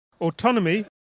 autonomy